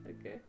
Okay